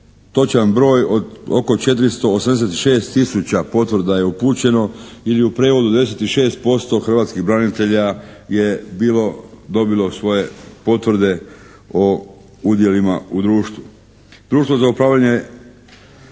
točan broj od oko 486 tisuća potvrda je upućeno ili u prijevodu 96% hrvatskih branitelj je bilo, dobilo svoje potvrde o udjelima u društvu.